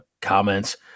comments